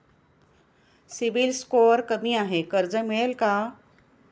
CIBIL score कमी आहे कर्ज मिळेल का?